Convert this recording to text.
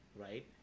right